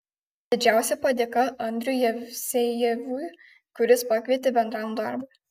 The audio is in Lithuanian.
didžiausia padėka andriui jevsejevui kuris pakvietė bendram darbui